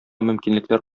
мөмкинлекләр